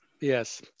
yes